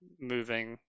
moving